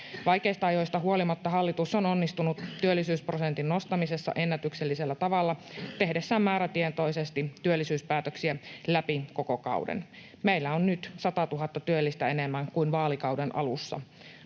Vaikeista ajoista huolimatta hallitus on onnistunut työllisyysprosentin nostamisessa ennätyksellisellä tavalla tehdessään määrätietoisesti työllisyyspäätöksiä läpi koko kauden. Meillä on nyt 100 000 työllistä enemmän kuin vaalikauden alussa.